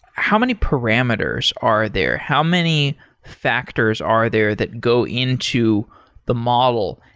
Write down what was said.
how many parameters are there? how many factors are there that go into the model,